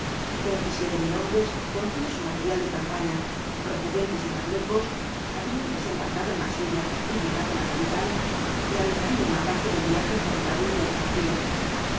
veintisiete mil hombres con todo su material de campaña procedentes de marruecos habían desembarcado en marsella y llegado á la capital realizando una parte del viaje en ferrocarril y otra á pie